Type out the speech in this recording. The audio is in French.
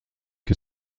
que